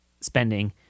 spending